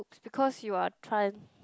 because you are tran~